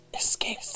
Escape